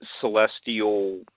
celestial